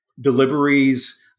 deliveries